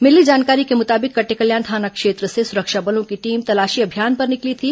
मिली जानकारी के मुताबिक कटेकल्याण थाना क्षेत्र से सुरक्षा बलों की टीम तलाशी अभियान पर निकली थी